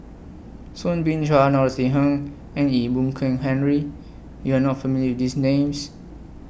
Soo Bin Chua Norothy Ng and Ee Boon Kong Henry YOU Are not familiar with These Names